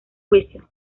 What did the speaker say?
juicio